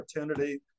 opportunity